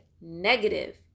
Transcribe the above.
negative